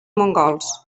mongols